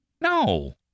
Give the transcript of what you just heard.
No